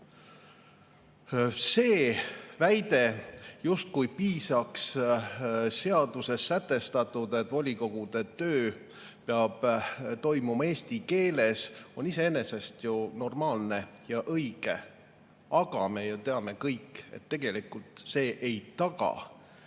See väide, justkui piisaks seaduses sätestatuna, et volikogude töö peab toimuma eesti keeles, on iseenesest ju normaalne ja õige. Aga me teame kõik, et tegelikult see ei taga